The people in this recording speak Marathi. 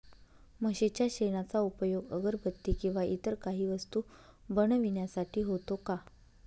म्हशीच्या शेणाचा उपयोग अगरबत्ती किंवा इतर काही वस्तू बनविण्यासाठी होतो का?